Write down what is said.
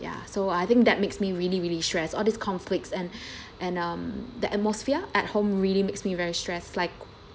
ya so I think that makes me really really stressed all these conflicts and and um the atmosphere at home really makes me very stressed like